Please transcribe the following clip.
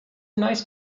nice